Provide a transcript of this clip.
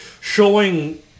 showing